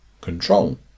Control